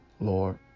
Lord